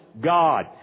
God